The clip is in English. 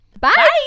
bye